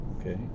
Okay